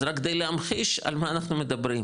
אז רק כדי להמחיש על מה אנחנו מדברים.